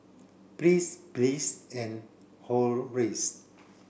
Briss Bliss and Horace